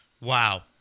wow